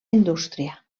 indústria